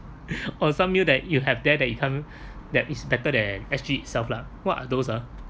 or some meal that you have there the it come that is better than S_G itself lah what are those ah